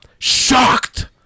shocked